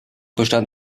bestand